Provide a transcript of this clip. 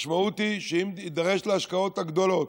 המשמעות היא שאם נידרש להשקעות הגדולות,